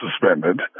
suspended